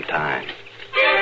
time